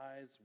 eyes